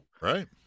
right